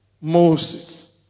Moses